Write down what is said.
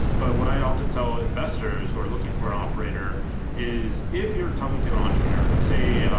but what i often tell investors who are looking for operator is, if you're talking to entrepreneur like say,